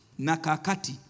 Nakakati